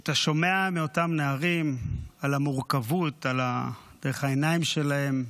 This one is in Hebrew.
אתה שומע מאותם נערים, דרך העיניים שלהם,